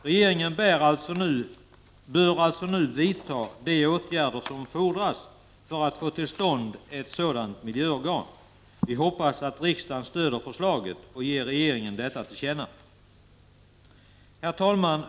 Regeringen bör alltså nu vidta de åtgärder som fordras för att få till stånd ett sådant miljöorgan. Vi hoppas att riksdagen stöder förslaget och ger regeringen detta till känna. Herr talman!